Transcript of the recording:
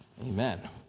Amen